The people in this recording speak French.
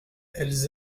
elles